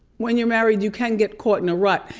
when you're married you can get caught in a rut.